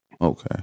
Okay